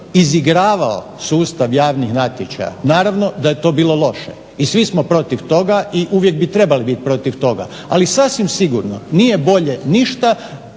izigravao sustav javnih natječaja naravno da je to bilo loše i svi smo protiv toga i uvijek bi trebali biti protiv toga. Ali sasvim sigurno nije bolje ništa